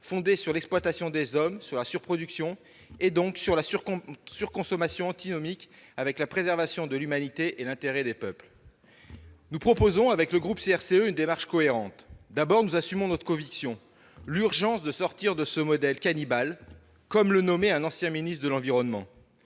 fondé sur l'exploitation des hommes, sur la surproduction, donc sur la surconsommation, antinomique avec la préservation de l'humanité et l'intérêt des peuples. Le groupe CRCE propose une démarche cohérente. D'abord, nous assumons notre conviction : il est urgent de sortir de ce modèle cannibale, comme le nommait un ancien ministre de l'environnement.